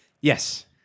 Yes